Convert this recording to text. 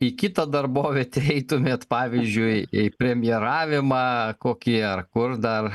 į kitą darbovietę eitumėt pavyzdžiui į premjeravimą kokį ar kur dar